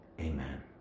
Amen